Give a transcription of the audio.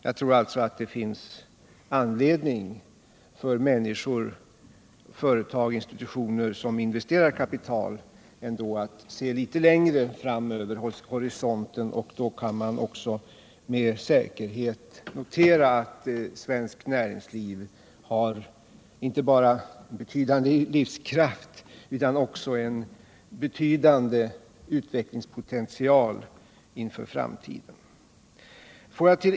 Jag tror alltså att det finns anledning för människor, företag och institutioner som investerar kapital att se litet längre fram mot horisonten. Då kan man också med säkerhet notera att svenskt näringsliv har inte bara betydande livskraft utan också en betydande utvecklingspotential inför framtiden.